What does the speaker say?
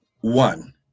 One